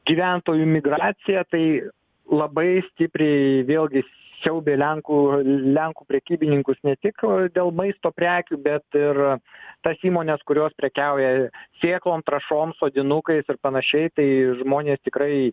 gyventojų migracija tai labai stipriai vėlgi siaubė lenkų lenkų prekybininkus ne tik dėl maisto prekių bet ir tas įmones kurios prekiauja sėklom trąšom sodinukais ir panašiai tai žmonės tikrai